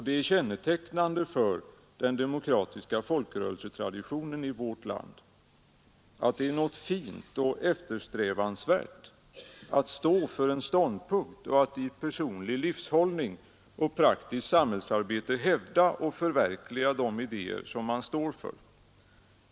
Det är kännetecknande för den demokratiska folkrörelsetraditionen i vårt land, att det är något fint och efterträvansvärt att stå för en ståndpunkt och att i personlig livshållning och praktiskt samhällsarbete hävda och förverkliga de idéer man står för.